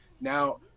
Now